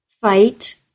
Fight